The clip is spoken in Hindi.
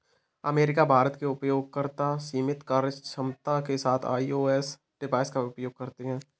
अमेरिका, भारत के उपयोगकर्ता सीमित कार्यक्षमता के साथ आई.ओ.एस डिवाइस का उपयोग कर सकते हैं